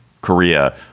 Korea